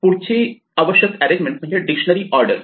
पुढची आवश्यक अरेंजमेंट म्हणजे डिक्शनरी ऑर्डर